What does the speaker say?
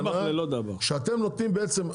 שאתם נותנים בעצם,